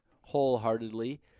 wholeheartedly